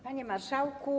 Panie Marszałku!